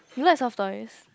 you like soft toys